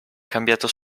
cambiato